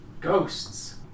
Ghosts